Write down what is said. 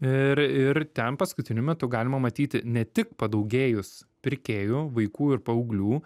ir ir ten paskutiniu metu galima matyti ne tik padaugėjus pirkėjų vaikų ir paauglių